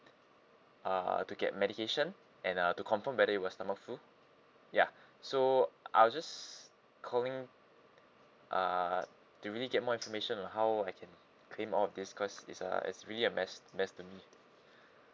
uh to get medication and uh to confirm whether it was stomach flu ya so I was just calling uh to really get more information on how I can claim all these cause it's a it's really a mess mess to me